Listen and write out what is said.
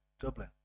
Dublin